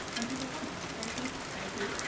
thank you for coming. thank you. thank you.